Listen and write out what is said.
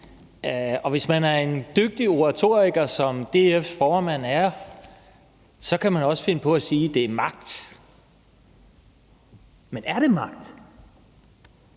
og hvis man er en dygtig oratoriker, som DF's formand er, så kan man også finde på at sige, at det er magt. Men er det magt,